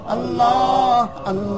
Allah